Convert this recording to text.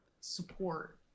Support